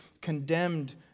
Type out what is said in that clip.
condemned